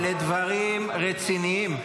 אלה דברים רציניים.